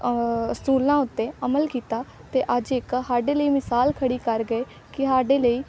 ਅਸੂਲਾਂ ਉੱਤੇ ਅਮਲ ਕੀਤਾ ਅਤੇ ਅੱਜ ਇੱਕ ਸਾਡੇ ਲਈ ਮਿਸਾਲ ਖੜ੍ਹੀ ਕਰ ਗਏ ਕਿ ਸਾਡੇ ਲਈ